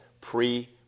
pre